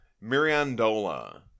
mirandola